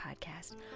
podcast